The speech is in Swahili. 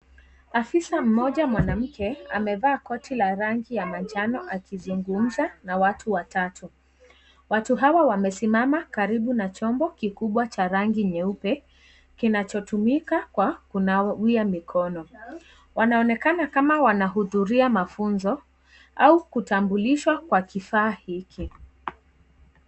Afisa mmoja mwanamke amevaa koti la rangi ya njano akizungumza na watu watatu. Watu hawa wamesimama karibu na chombo kikubwa cha rangi nyeupe kinachotumika kwa kunawia mikono. Wanaonekana kama wanahudhuria mafunzo au kutambulishwa kwa kifaa hiki.